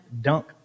Dunk